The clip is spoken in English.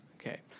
Okay